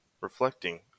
reflecting